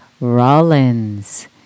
Rollins